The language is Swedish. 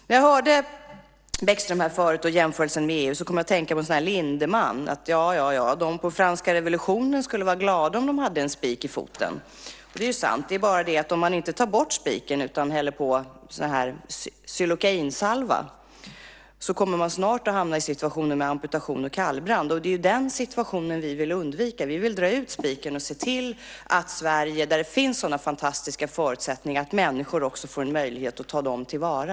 När jag hörde Bäckströms jämförelse om EU nyss kom jag att tänka på en gammal sketch med Hasse Alfredson: Under franska revolutionen skulle de ha varit glada om de hade en spik i foten! Det är sant. Men om man inte tar bort spiken utan bara stryker på Xylocainsalva kommer man snart att få kallbrand och behöva amputation: Den situationen vill vi undvika. Vi vill dra ut spiken och se till att människor i Sverige, där det finns sådana fantastiska förutsättningar, också får möjlighet att ta dem till vara.